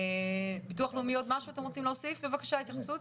ביטוח לאומי, אתם רוצים להוסיף עוד התייחסות?